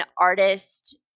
artist